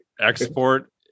export